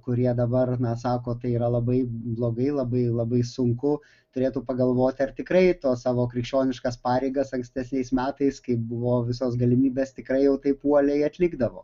kurie dabar na sako tai yra labai blogai labai labai sunku turėtų pagalvoti ar tikrai to savo krikščioniškas pareigas ankstesniais metais kai buvo visos galimybės tikrai jau taip uoliai atlikdavo